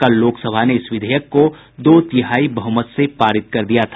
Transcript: कल लोकसभा ने इस विधेयक को दो तिहाई बहुमत से पारित कर दिया था